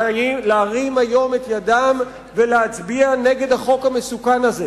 להרים היום את ידם ולהצביע נגד החוק המסוכן הזה.